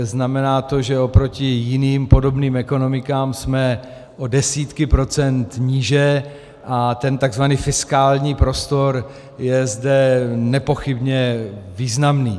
Znamená to, že oproti jiným podobným ekonomikám jsme o desítky procent níže a ten tzv. fiskální prostor je zde nepochybně významný.